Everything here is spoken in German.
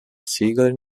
ziegeln